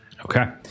okay